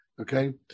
Okay